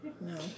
No